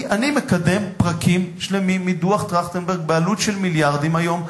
אני מקדם פרקים שלמים מדוח-טרכטנברג בעלות של מיליארדים היום,